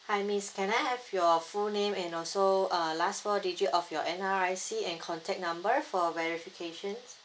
hi miss can I have your full name and also uh last four digit of your N_R_I_C and contact number for verification